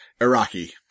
Iraqi